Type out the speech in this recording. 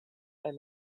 and